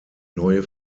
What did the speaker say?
neue